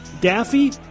Daffy